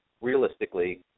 realistically